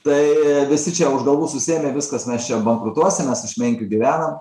tai visi čia už galvų susiėmė viskas mes čia bankrutuosim mes iš menkių gyvenam